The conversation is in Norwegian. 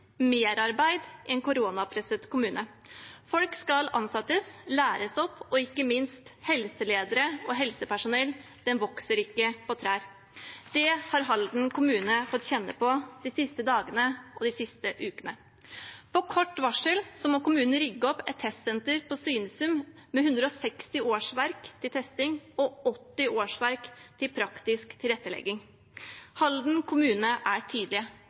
merarbeid i en koronapresset kommune. Folk skal ansettes og læres opp, og helseledere og helsepersonell vokser ikke på trær. Det har Halden kommune fått kjenne på de siste dagene og ukene. På kort varsel må kommunen rigge opp et testsenter på Svinesund med 160 årsverk til testing og 80 årsverk til praktisk tilrettelegging. Halden kommune er